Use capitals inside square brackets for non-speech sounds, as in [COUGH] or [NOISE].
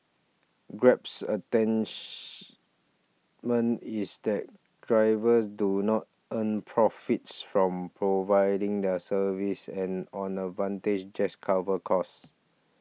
Grab's [UNINTELLIGIBLE] is that drivers do not earn profits from providing the service and on advantage just covers costs